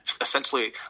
essentially